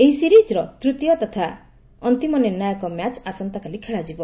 ଏହି ସିରିଜର ତୃତୀୟ ତଥା ଅନ୍ତିମ ନିର୍ଷାୟକ ମ୍ୟାଚ ଆସନ୍ତାକାଲି ଖେଳାଯିବ